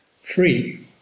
free